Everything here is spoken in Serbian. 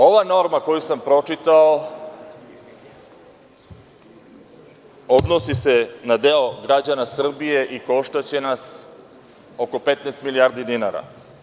Ova norma koju sam pročitao odnosi se na deo građana Srbije i koštaće nas oko 15 milijardi dinara.